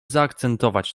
zaakcentować